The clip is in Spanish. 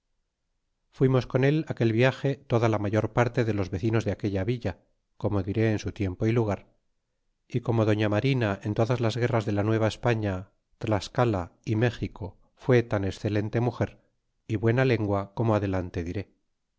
fuimos con él aquel viage toda la mayor parte de los vecinos de aquella villa como diré en su tiempo y lugar y como don marina en todas las guerras de la nueva españa tlascala y méxico fué tan excelente riauger y buena lengua como adelante diré